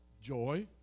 joy